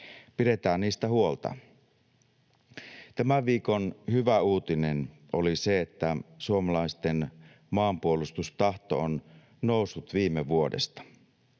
Pidetään niistä huolta. Tämän viikon hyvä uutinen oli se, että suomalaisten maanpuolustustahto on noussut viime vuodesta.